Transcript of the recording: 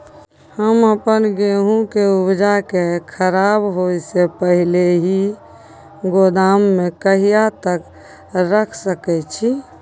हम अपन गेहूं के उपजा के खराब होय से पहिले ही गोदाम में कहिया तक रख सके छी?